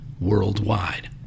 worldwide